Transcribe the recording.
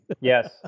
Yes